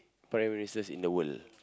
prime-ministers in the world